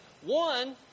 One